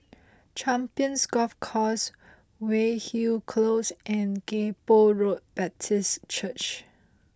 Champions Golf Course Weyhill Close and Kay Poh Road Baptist Church